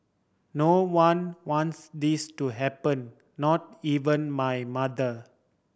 no one wants this to happen not even my mother